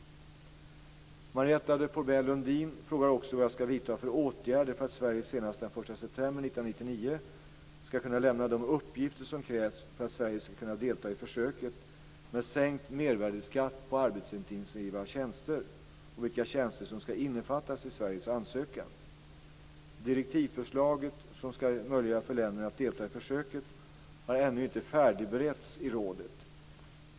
Marietta de Pourbaix-Lundin frågar också vad jag skall vidta för åtgärder för att Sverige senast den 1 september 1999 skall kunna lämna de uppgifter som krävs för att Sverige skall kunna delta i försöket med sänkt mervärdesskatt på arbetsintensiva tjänster och vilka tjänster som skall innefattas i Sveriges ansökan. Direktivförslaget som skall möjliggöra för länderna att delta i försöket har ännu inte färdigberetts i rådet.